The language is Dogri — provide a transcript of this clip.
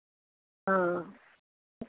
हां